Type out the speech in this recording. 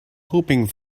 hoping